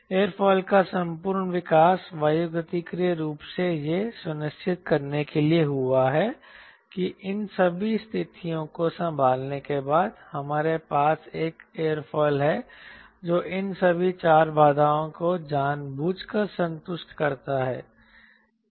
aerofoil का संपूर्ण विकास वायुगतिकीय रूप से यह सुनिश्चित करने के लिए हुआ है कि इन सभी स्थितियों को संभालने के बाद हमारे पास एक एयरोफिल है जो इन सभी 4 बाधाओं को जानबूझकर संतुष्ट करता है